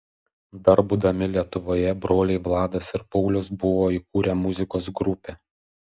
dar būdami lietuvoje broliai vladas ir paulius buvo įkūrę muzikos grupę